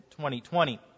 2020